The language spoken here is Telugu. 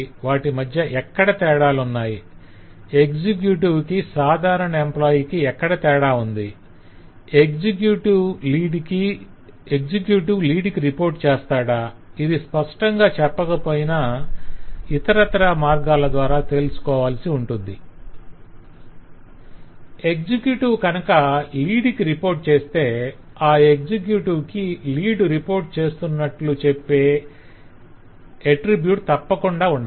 వాటి మధ్య ఎక్కడ తేడాలున్నాయి ఎక్సెక్యుటివ్ కి సాధారణ ఎంప్లాయ్ కి ఎక్కడ తేడా ఉంది ఎక్సెక్యుటివ్ లీడ్ కి రిపోర్ట్ చేస్తాడా ఇది స్పష్టంగా చెప్పకపోయినా ఇతరత్రా మార్గాల ద్వారా తెలుసుకోవాల్సి ఉంటుంది ఎక్సెక్యుటివ్ కనుక లీడ్ కి రిపోర్ట్ చేస్తే అ ఎక్సెక్యుటివ్ కి లీడ్ రిపోర్ట్ చేస్తునట్లు చెప్పే'reports to lead' అట్రిబ్యూట్ తప్పకుండా ఉండాలి